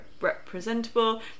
representable